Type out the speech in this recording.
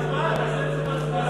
בהצבעה, תעשה את זה בהצבעה.